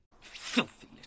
Filthy